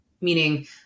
Meaning